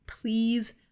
please